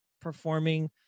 performing